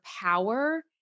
power